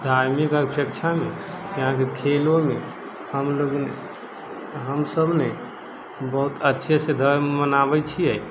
धार्मिक अपेक्षामे यहाँके खेलोमे हम लोगिन हमसब ने बहुत अच्छे से धर्म मनाबै छियै